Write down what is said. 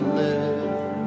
live